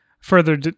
further